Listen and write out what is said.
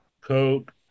coke